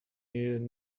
needs